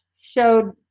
showed